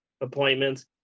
appointments